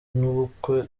n’ubukwe